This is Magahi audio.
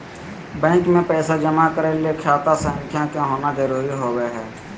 बैंक मे पैसा जमा करय ले खाता संख्या के होना जरुरी होबय हई